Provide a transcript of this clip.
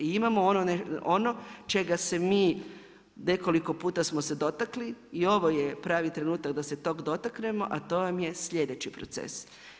Imamo ono čega se mi nekoliko puta smo se dotakli i ovo je pravi trenutak da se toga dotaknemo, a to vam je sljedeći proces.